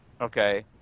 okay